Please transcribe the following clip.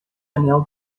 anel